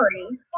sorry